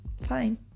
fine